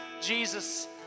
Jesus